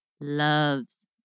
loves